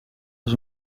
als